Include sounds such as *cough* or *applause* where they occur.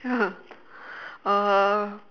ya *laughs* uh